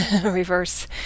reverse